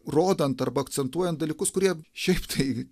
rodant arba akcentuojant dalykus kurie šiaip tai